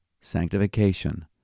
sanctification